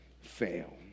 fail